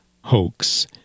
Hoax